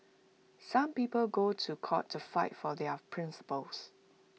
some people go to court to fight for their principles